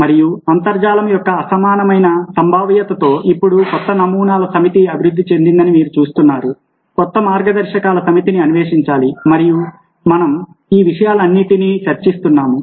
మరియు అంతర్జాలము యొక్క అసమానమైన సంభావ్యతతో ఇప్పుడు కొత్త నమూనాల సమితి అభివృద్ధి చెందిందని మీరు చూస్తున్నారు కొత్త మార్గదర్శకాల సమితిని అన్వేషించాలి మరియు మనం ఈ విషయాలన్నింటినీ చర్చిస్తున్నాము